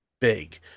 big